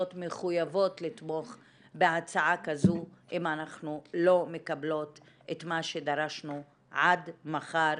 מחויבות לתמוך בהצעה כזו אם אנחנו לא מקבלות את מה שדרשנו עד מחר